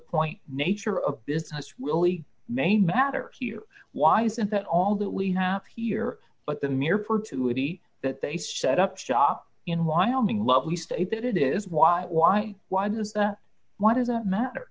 point nature of this house really may matter here why isn't that all that we have here but the mere four to eighty that they set up shop in wyoming lovely state that is why why why does why does that matter